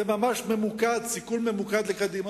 זה ממש סיכול ממוקד לקדימה.